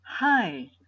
Hi